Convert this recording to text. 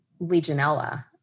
Legionella